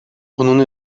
bunun